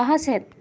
ᱞᱟᱦᱟ ᱥᱮᱫ